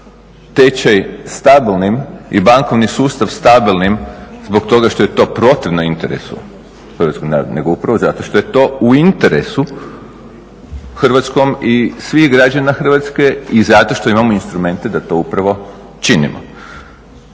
tečaj stabilnim i bankovni sustav stabilnim zbog toga što je to protivno interesu hrvatskog naroda nego upravo zato što je to u interesu hrvatskom i svih građana Hrvatske i zato što imamo instrumente da to upravo činimo.